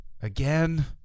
again